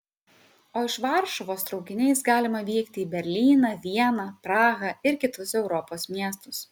o iš varšuvos traukiniais galima vykti į berlyną vieną prahą ir kitus europos miestus